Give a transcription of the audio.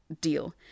deal